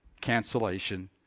cancellation